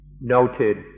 noted